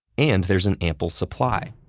and there's an ample supply.